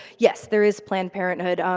yes, there is planned parenthood.